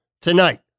tonight